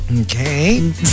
Okay